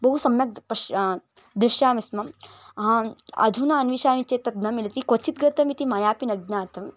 बहु सम्यक् पश्य पश्यामि स्म आम् अधुना अन्विषामि चेत् तद् न मिलति क्वचित् गतम् इति मयापि न ज्ञातं